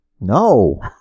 No